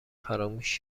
فراموش